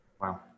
Wow